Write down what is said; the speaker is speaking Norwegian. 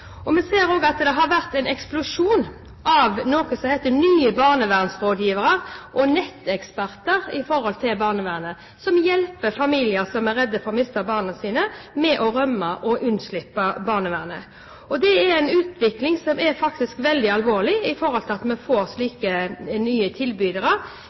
Vi ser også at det har vært en eksplosjon av noe nytt som kalles barnevernsrådgivere og netteksperter i forhold til barnevernet, som hjelper familier som er redde for å miste barna sine, med å rømme og unnslippe barnevernet. Det er en utvikling som faktisk er veldig alvorlig, med tanke på at vi får slike nye tilbydere,